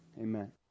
Amen